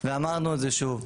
ואמרנו את זה שוב,